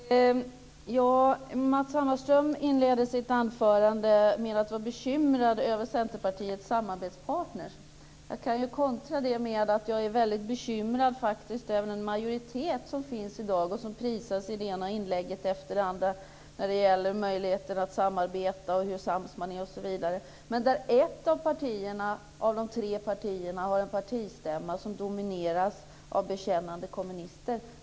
Herr talman! Matz Hammarström inledde sitt anförande med att uttrycka bekymmer över Centerpartiets samarbetspartner. Jag kan väl då kontra med att jag är väldigt bekymrad över den majoritet som i dag finns och som prisas i det ena inlägget efter det andra när det gäller möjligheterna att samarbeta, hur sams man är osv. Ett av de tre partierna har dock en partistämma som domineras av bekännande kommunister.